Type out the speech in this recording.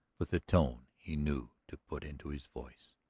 with the tone he knew to put into his voice.